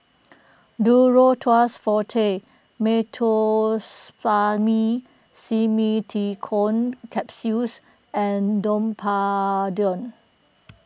Duro Tuss Forte Meteospasmyl Simeticone Capsules and Domperidone